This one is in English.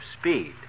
speed